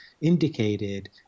indicated